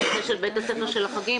באשר לבית הספר של החגים.